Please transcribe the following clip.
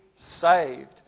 saved